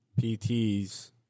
PTs